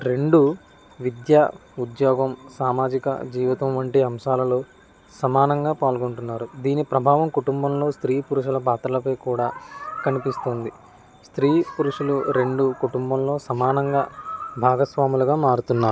రెండు విద్య ఉద్యోగం సామాజిక జీవితం వంటి అంశాలలో సమానంగా పాల్గొంటున్నారు దీని ప్రభావం కుటుంబంలో స్త్రీ పురుషుల పాత్రలపై కూడా కనిపిస్తుంది స్త్రీ పురుషుల రెండూ కుటుంబంలో సమానంగా భాగస్వాములుగా మారుతున్నారు